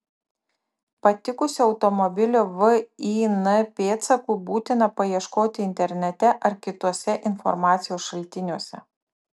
patikusio automobilio vin pėdsakų būtina paieškoti internete ar kituose informacijos šaltiniuose